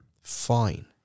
Fine